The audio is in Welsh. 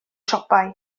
siopau